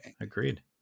agreed